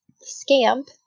Scamp